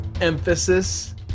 Emphasis